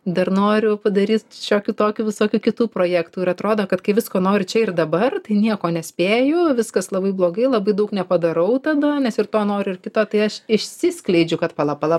dar noriu padaryti šiokių tokių visokių kitų projektų ir atrodo kad kai visko nori čia ir dabar tai nieko nespėju viskas labai blogai labai daug nepadarau tada nes ir to noriu ir kito tai aš išsiskleidžiu kad pala pala